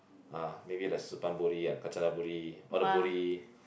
ah maybe the Suphan-Buri kanchanaburi all the Buri